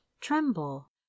tremble